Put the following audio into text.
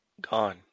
gone